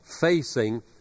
facing